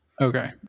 Okay